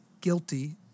guilty